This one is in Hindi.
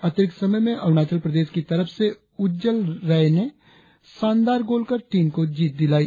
अतिरिक्त समय में अरुणाचल प्रदेश की तरफ से उज्जल रैय ने शानदार गोल कर टीम को जीत दिलाई